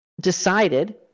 decided